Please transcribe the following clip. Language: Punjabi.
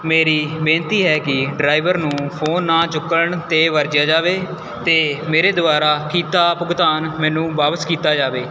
ਮੇਰੀ ਬੇਨਤੀ ਹੈ ਕਿ ਡਰਾਇਵਰ ਨੂੰ ਫ਼ੋਨ ਨਾ ਚੁੱਕਣ 'ਤੇ ਵਰਜਿਆ ਜਾਵੇ ਅਤੇ ਮੇਰੇ ਦੁਆਰਾ ਕੀਤਾ ਭੁਗਤਾਨ ਮੈਨੂੰ ਵਾਪਸ ਕੀਤਾ ਜਾਵੇ